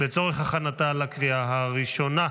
לצורך הכנתה לקריאה הראשונה.